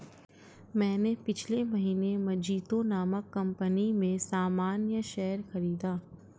मैंने पिछले महीने मजीतो नामक कंपनी में सामान्य शेयर खरीदा